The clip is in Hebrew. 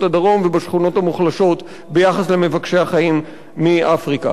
הדרום ובשכונות המוחלשות ביחס למבקשי החיים מאפריקה.